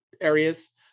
areas